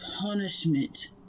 punishment